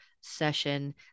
session